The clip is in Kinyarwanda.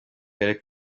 karere